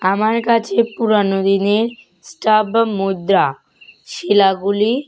আমার কাছে পুরনো দিনের স্টাপ বা মুদ্রা শিলাগুলি